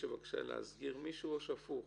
הגישה בקשה להסגיר מישהו או הפוך